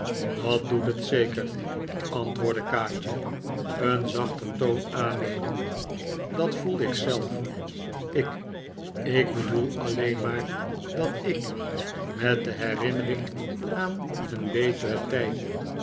dat doet het zeker antwoordde kaatje een zachter toon aannemend dat voel ik zelf ik ik bedoel alleen maar dat ik met de herinnering aan een beteren tijd